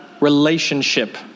relationship